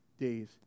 days